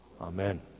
Amen